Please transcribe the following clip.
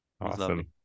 awesome